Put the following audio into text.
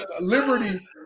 Liberty